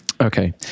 okay